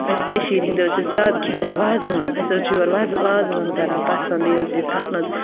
أسۍ کٔشیٖرِ ہِنٛدۍ حظ چھِ زیادٕ کھٮ۪وان وازوان أسۍ حظ چھِ یورٕ وَزٕ وازوان کَران پَسنٛد بیٚیہِ حظ چھِ أسۍ اَتھ منٛز